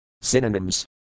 Synonyms